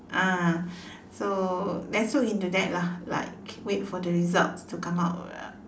ah so let's hope into that lah like wait for the results to come out